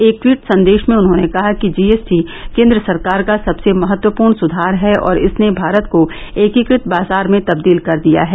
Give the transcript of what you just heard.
एक ट्वीट संदेश में उन्होंने कहा कि जीएसटी केन्द्र सरकार का सबसे महत्वपूर्ण सुधार है और इसने भारत को एकीकृत बाजार में तब्दील कर दिया है